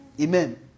Amen